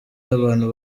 abantu